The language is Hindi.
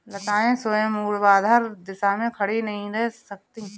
लताएं स्वयं ऊर्ध्वाधर दिशा में खड़ी नहीं रह सकती